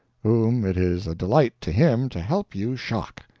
whom it is a delight to him to help you shock,